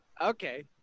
Okay